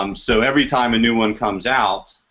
um so every time a new one comes out,